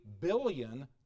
billion